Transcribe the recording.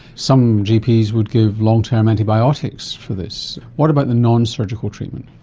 some gps would give long-term antibiotics for this. what about the nonsurgical treatment?